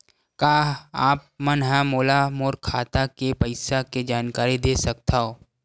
का आप मन ह मोला मोर खाता के पईसा के जानकारी दे सकथव?